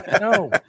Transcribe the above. No